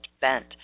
bent